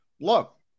look